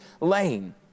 lane